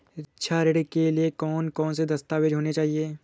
शिक्षा ऋण के लिए कौन कौन से दस्तावेज होने चाहिए?